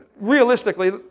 realistically